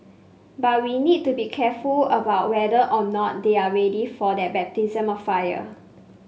but we need to be careful about whether or not they are ready for that baptism of fire